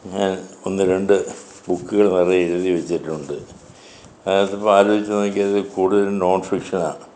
ഞാൻ ഒന്ന് രണ്ട് ബുക്കുകൾ നിറയെ എഴുതി വെച്ചിട്ടുണ്ട് അത് ഇപ്പോൾ ആലോചിച്ച് നോക്കിയതിൽ കൂടുതലും നോൺ ഫിക്ഷൻ ആണ്